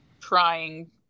trying